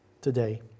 today